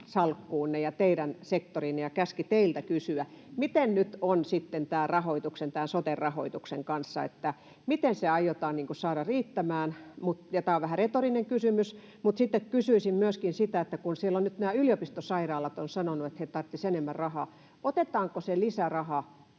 salkkuunne ja teidän sektoriinne ja käski teiltä kysyä. Miten nyt on sitten tämän sote-rahoituksen kanssa, miten se aiotaan saada riittämään? Ja tämä on vähän retorinen kysymys. Mutta sitten kysyisin myöskin sitä, että kun siellä nyt nämä yliopistosairaalat ovat sanoneet, että he tarvitsisivat enemmän rahaa, niin otetaanko se lisäraha